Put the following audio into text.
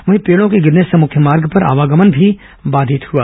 वहीं पेड़ों के गिरने से मुख्य मार्ग पर आवागमन भी बाधित हुआ